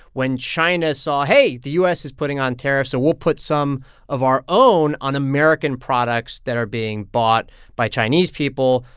when china saw, hey, the u s. is putting on tariffs, so we'll put some of our own on american products that are being bought by chinese people.